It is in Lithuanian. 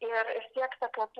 ir siekta kad